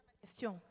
question